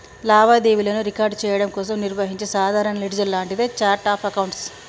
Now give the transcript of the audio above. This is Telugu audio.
లావాదేవీలను రికార్డ్ చెయ్యడం కోసం నిర్వహించే సాధారణ లెడ్జర్ లాంటిదే ఛార్ట్ ఆఫ్ అకౌంట్స్